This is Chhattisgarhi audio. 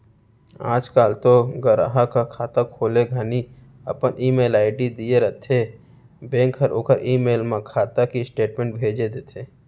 आज काल तो गराहक ह खाता खोले घानी अपन ईमेल आईडी दिए रथें बेंक हर ओकर ईमेल म खाता के स्टेटमेंट भेज देथे